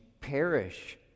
perish